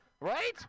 right